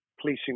policing